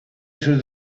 through